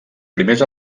primers